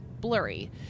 blurry